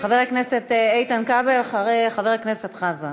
חבר הכנסת איתן כבל אחרי חבר הכנסת חזן.